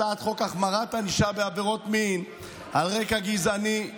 הצעת חוק החמרת ענישה על עבירות מין על רקע לאומני,